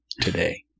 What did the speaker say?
today